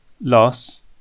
Loss